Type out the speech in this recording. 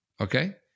okay